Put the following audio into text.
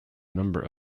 number